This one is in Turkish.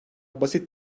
basit